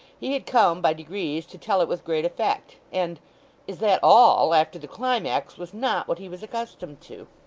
he had come by degrees to tell it with great effect and is that all after the climax, was not what he was accustomed to.